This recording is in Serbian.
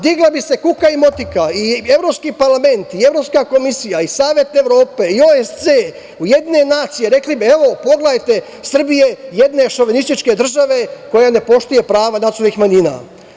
Digla bi se kuka i motika i Evropski parlament i Evropska komisija i Savet Evrope i OSC, UN rekle bi – pogledajte, Srbija je jedna šovinistička država koja ne poštuje prava nacionalnih manjina.